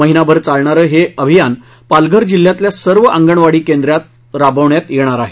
महिनाभर चालणारं हे अभियान पालघर जिल्ह्यातल्या सर्व अंगणवाडी केंद्रात राबविण्यात येणार आहे